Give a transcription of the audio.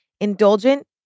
Indulgent